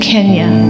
Kenya